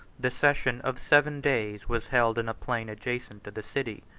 the session of seven days was held in a plain adjacent to the city.